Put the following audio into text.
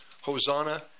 Hosanna